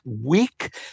weak